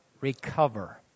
recover